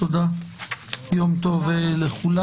תודה יום טוב לכולם.